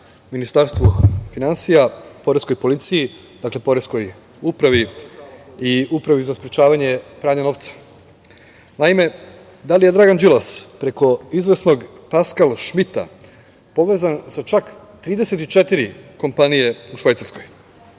Ministarstvu finansija, Poreskoj policiji, Poreskoj upravi i Upravi za sprečavanje pranja novca. Naime, da li je Dragan Đilas preko izvesnog Paskal Šmita povezan sa čak 34 kompanije u Švajcarskoj?